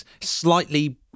slightly